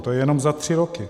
To je jenom za tři roky.